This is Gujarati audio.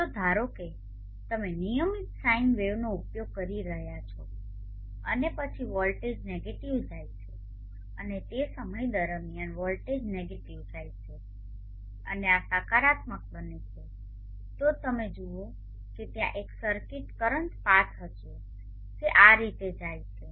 જો ધારો કે જો તમે નિયમિત સાઇન વેવનો ઉપયોગ કરી રહ્યા છો અને પછી વોલ્ટેજ નેગેટિવ જાય છે અને તે સમય દરમિયાન વોલ્ટેજ નેગેટિવ જાય છે અને આ સકારાત્મક બને છે તો તમે જુઓ કે ત્યાં એક સર્કિટ કરંટ પાથ હશે જે આ રીતે જાય છે